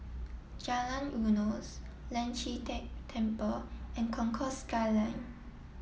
Jalan Eunos Lian Chee Kek Temple and Concourse Skyline